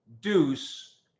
deuce